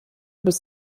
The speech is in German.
bis